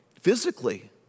physically